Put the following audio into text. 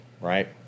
Right